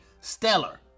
stellar